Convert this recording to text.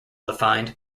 defined